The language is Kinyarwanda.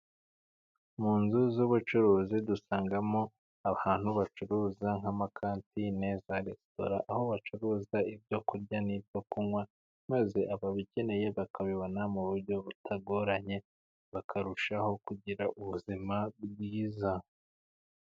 Mu inzu z'ubucuruzi, dusangamo abantu bacuruza, nk'amakantine za resitora, aho bacuruza ibyo kurya n'ibyo kunywa, maze ababikeneye bakabibona mu buryo butagoranye, bakarushaho kugira ubuzima bwiza.